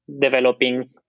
developing